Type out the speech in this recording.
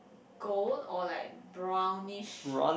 gold or like brownish